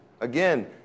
Again